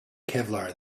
kevlar